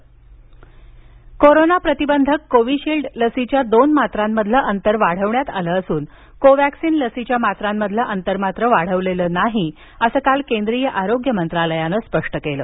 देश कोविड पत्रपरिषद कोरोना प्रतिबंधक कोविशिल्ड लसीच्या दोन मात्रांमधलं अंतर वाढवण्यात आलं असून कोवॅक्सीन लसीच्या मात्रामधल अंतर वाढवलेल नाही असं काल केंद्रीय आरोग्य मंत्रालयानं स्पष्ट केलं